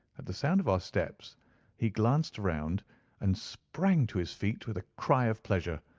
at the sound of our steps he glanced round and sprang to his feet with a cry of pleasure.